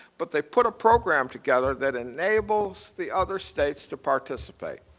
but they put a program together that enables the other states to participate.